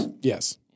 Yes